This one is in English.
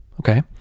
okay